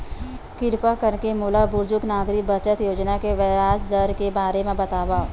किरपा करके मोला बुजुर्ग नागरिक बचत योजना के ब्याज दर के बारे मा बतावव